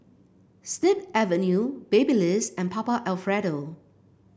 Snip Avenue Babyliss and Papa Alfredo